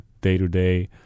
day-to-day